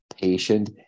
patient